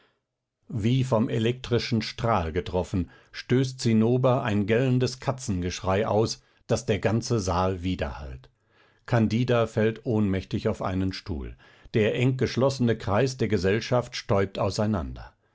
wie vom elektrischen strahl getroffen stößt zinnober ein gellendes katzengeschrei aus daß der ganze saal widerhallt candida fällt ohnmächtig auf einen stuhl der eng geschlossene kreis der gesellschaft stäubt auseinander